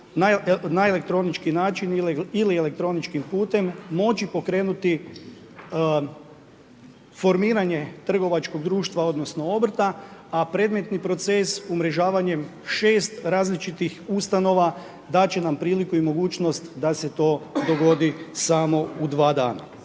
na elektronički način ili elektroničkim putem moći pokrenuti formiranje trgovačkog društva, odnosno obrta. A predmetni proces umrežavanjem 6 različitih ustanova dati će nam priliku i mogućnost da se to dogodi samo u 2 dana.